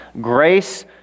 Grace